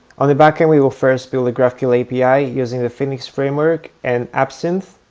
on the backend, we will first build a graphql api using the phoenix framework and absinthe,